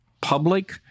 public